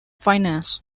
finance